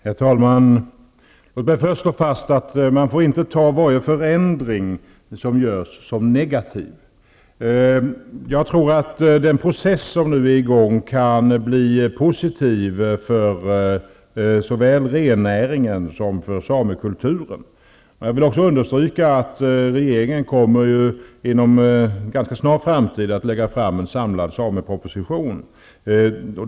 Herr talman! Låt mig först slå fast att man inte får ta varje förändring som görs som något negativt. Jag tror att den process som nu är i gång kan bli positiv såväl för rennäringen som för samekulturen. Jag vill också understryka att regeringen inom en ganska snar framtid kommer att lägga fram en samlad sameproposition.